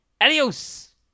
Adios